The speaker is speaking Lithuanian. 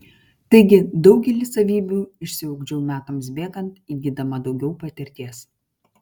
taigi daugelį savybių išsiugdžiau metams bėgant įgydama daugiau patirties